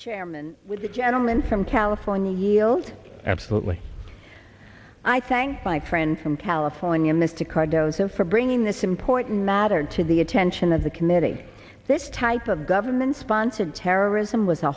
chairman the gentleman from california healed absolutely i thank my friend from california mr cardoza for bringing this important matter to the attention of the committee this type of government sponsored terrorism was